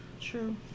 True